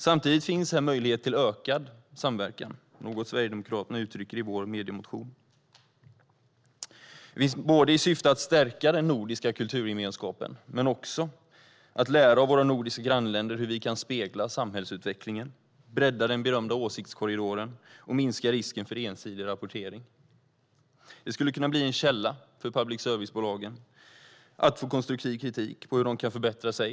Samtidigt finns det möjlighet till ökad samverkan. Det är något vi i Sverigedemokraterna uttrycker i vår mediemotion. Syftet är att stärka den nordiska kulturgemenskapen men också att vi ska lära av våra nordiska grannländer hur vi kan spegla samhällsutvecklingen, bredda den berömda åsiktskorridoren och minska risken för ensidig rapportering. Det skulle kunna bli en källa för public service-bolagen. De skulle kunna få konstruktiv kritik och kunna få veta hur de kan förbättra sig.